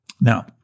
Now